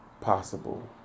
possible